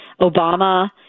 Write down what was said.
Obama